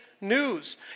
news